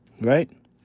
right